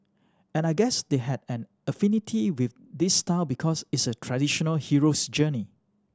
and I guess they had an affinity with this style because it's a traditional hero's journey